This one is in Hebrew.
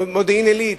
במודיעין-עילית,